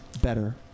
better